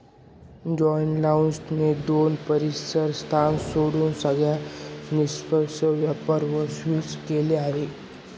Georgetown ने दोन परीसर स्थान सोडून सगळ्यांवर निष्पक्ष व्यापार वर स्विच केलं आहे